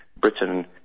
Britain